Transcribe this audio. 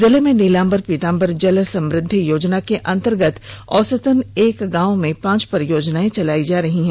जिले में नीलांबर पीतांबर जल समृद्धि योजना के अंतगर्त औसतन एक गांव में पांच परियोजनाएं चलाई जा रही है